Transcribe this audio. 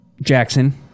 Jackson